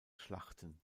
schlachten